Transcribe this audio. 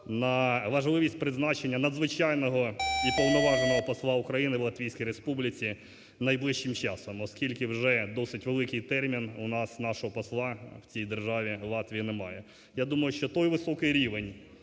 на важливість призначення Надзвичайного і Повноважного Посла України в Латвійській Республіці найближчим часом, оскільки вже досить великий термін у нас нашого посла в цій державі Латвії немає. Я думаю, що той високий рівень